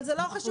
אבל זה לא חשוב.